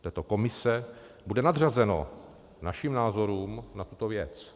této komise, bude nadřazeno našim názorům na tuto věc.